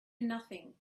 nothing